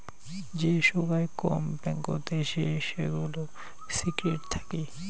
যে সোগায় কম ব্যাঙ্কতে সে সেগুলা সিক্রেট থাকি